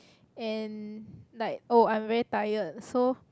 and like oh I am very tired so